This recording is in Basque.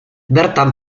bertan